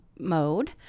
mode